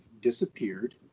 disappeared